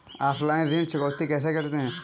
Offline ऋण चुकौती कैसे करते हैं?